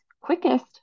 quickest